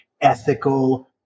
ethical